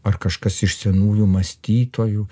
ar kažkas iš senųjų mąstytojų